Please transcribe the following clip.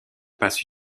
passe